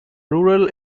rural